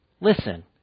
Listen